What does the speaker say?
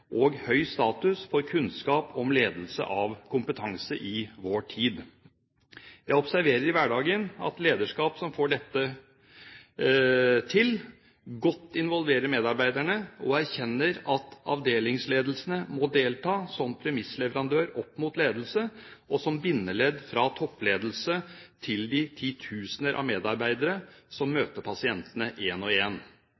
og høy status for kunnskap om ledelse av kompetanse i vår tid. Jeg observerer i hverdagen at lederskap som får dette til, godt involverer medarbeiderne og erkjenner at avdelingsledelsene må delta som premissleverandør opp mot ledelse, og som bindeledd fra toppledelse til de titusener av medarbeidere